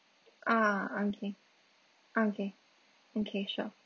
ah okay okay okay sure